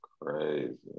crazy